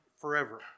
forever